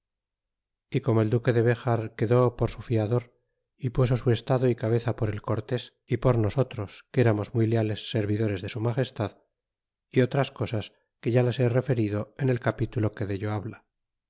y como el duque de béjar quedó por su fiador y puso su estado y cabeza por el cortes y por nosotros que eramos muy leales servidores de su magestad y otras cosas que ya las he referido en el capitulo que dello habla